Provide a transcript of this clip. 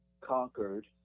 conquered